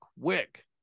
quick